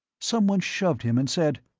someone shoved him and said,